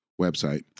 website